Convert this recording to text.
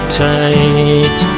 tight